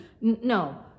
no